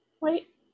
Wait